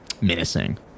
menacing